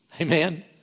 Amen